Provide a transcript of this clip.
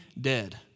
dead